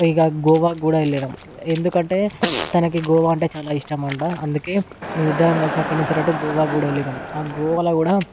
ఇక గోవా కూడా వెళ్ళినాము ఎందుకంటే తనకి గోవా అంటే చాలా ఇష్టం అంట అందుకే మేమిద్దరం కలిసి అక్కడినుంచి అటు గోవా కూడా వెళ్ళినాము ఆ గోవాలో కూడా